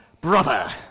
Brother